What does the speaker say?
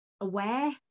aware